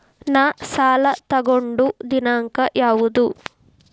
ನಾ ಸಾಲ ತಗೊಂಡು ದಿನಾಂಕ ಯಾವುದು?